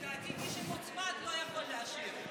לדעתי, מי שמוצמד לא יכול להשיב.